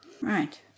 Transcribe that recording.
right